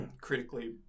critically